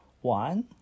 One